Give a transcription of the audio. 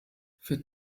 für